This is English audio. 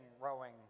rowing